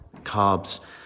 carbs